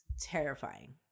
terrifying